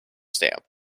stamp